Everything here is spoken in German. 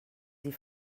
sie